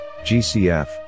GCF